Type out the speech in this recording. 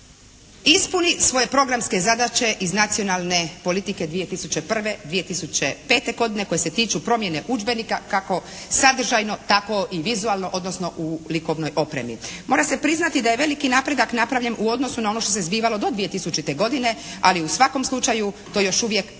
ispuni svoje programske zadaće iz Nacionalne politike 2001.-2005. godine koje se tiču promjene udžbenika kako sadržajno tako i vizualno odnosno u likovnoj opremi. Mora se priznati da je veliki napredak napravljen u odnosu na ono što se zbivalo do 2000. godine, ali u svakom slučaju to još uvijek nije